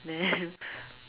then